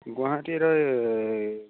গুৱাহাটীৰ